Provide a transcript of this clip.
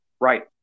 Right